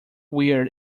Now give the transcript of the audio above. weird